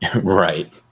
right